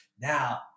Now